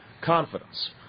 confidence